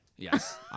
Yes